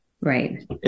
Right